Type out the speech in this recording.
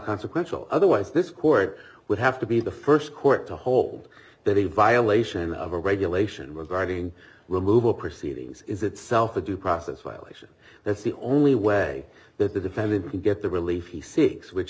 consequential otherwise this court would have to be the first court to hold that in violation of a regulation were guarding removal proceedings is itself a due process violation that's the only way that the defendant can get the relief